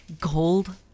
Gold